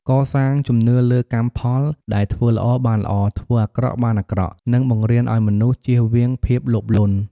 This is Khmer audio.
កសាងជំនឿលើកម្មផល ដែលធ្វើល្អបានល្អ ធ្វើអាក្រក់បានអាក្រក់ និងបង្រៀនឱ្យមនុស្សចៀសវាងភាពលោភលន់។